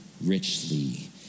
richly